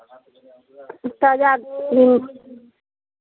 ताजा ह्म्म